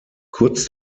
kurz